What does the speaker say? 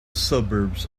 suburbs